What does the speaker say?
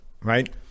right